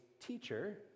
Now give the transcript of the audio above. teacher